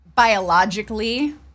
biologically